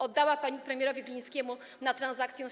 Oddała pani premierowi Glińskiemu na transakcję z